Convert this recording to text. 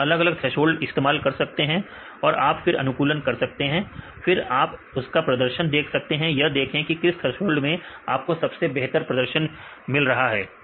तो हम अलग अलग थ्रेसोल्ड इस्तेमाल कर सकते हैं और आप फिर अनुकूलन कर सकते हैं फिर आप उसका प्रदर्शन देखें और यह देखें कि किस थ्रेसोल्ड से सबसे बेहतरीन प्रदर्शन मिल रहा है